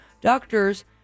Doctors